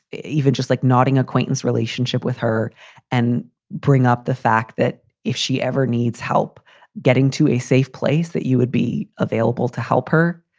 even just like nodding acquaintance relationship with her and bring up the fact that if she ever needs help getting to a safe place, that you would be available to help her.